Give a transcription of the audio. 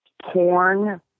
Porn